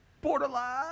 borderline